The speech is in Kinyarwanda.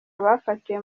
abafatiwe